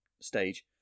stage